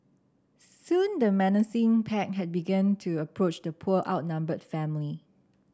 soon the menacing pack had began to approach the poor outnumbered family